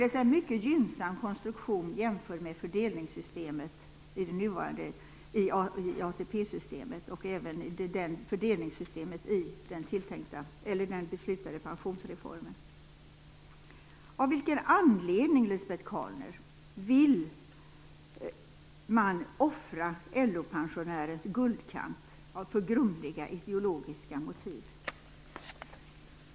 Det är således en mycket gynnsam konstruktion jämfört med fördelningssystemet i ATP systemet och även fördelningssystemet i den beslutade pensionsreformen. Av vilken anledning, Lisbet Calner, vill man offra LO-pensionärens guldkant? Av grumliga ideologiska motiv?